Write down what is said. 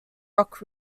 rock